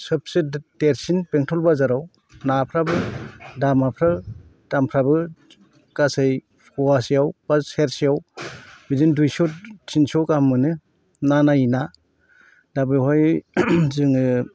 सबसे देरसिन बेंथल बाजाराव नाफोराबो दामफ्राबो गासै फवासेयाव बा सेरसेआव बिदिनो दुयस' थिनस' गाहाम मोनो ना नायै ना दा बेवहाय जोङो